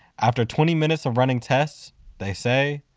after twenty minutes of running tests they say,